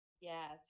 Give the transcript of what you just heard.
Yes